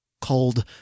called